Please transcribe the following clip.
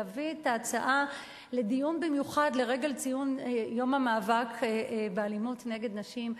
להביא את ההצעה לדיון במיוחד לרגל ציון יום המאבק באלימות נגד נשים.